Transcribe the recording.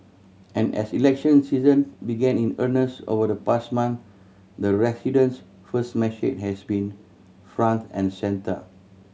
and as election season began in earnest over the past month the residents first message has been front and centre